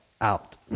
out